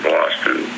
Boston